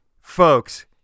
folks